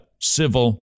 civil